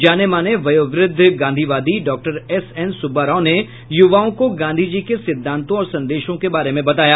जाने माने वयोवृद्ध गांधीवादी डॉ एसएन सुब्बा राव ने युवाओं को गांधी जी के सिद्धांतों और संदेशों के बारे में बताया